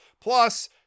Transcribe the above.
Plus